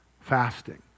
Fasting